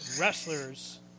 Wrestlers